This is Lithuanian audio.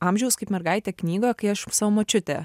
amžiaus kaip mergaitė knygoje kai aš savo močiutę